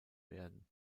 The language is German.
werden